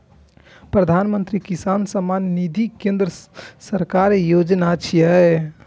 प्रधानमंत्री किसान सम्मान निधि केंद्र सरकारक योजना छियै